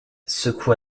secoua